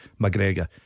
McGregor